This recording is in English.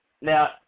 Now